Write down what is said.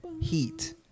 Heat